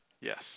Yes